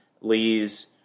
Lee's